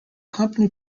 company